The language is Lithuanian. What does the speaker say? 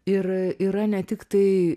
ir yra ne tiktai